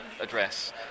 address